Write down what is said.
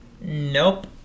Nope